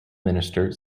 minister